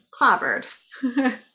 clobbered